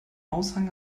aushang